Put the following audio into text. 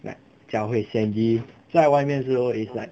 like 脚会 sandy 在外面的时候 is like